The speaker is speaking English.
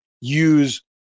use